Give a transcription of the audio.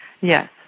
Yes